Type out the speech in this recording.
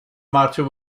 matter